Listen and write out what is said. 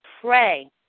pray